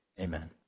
Amen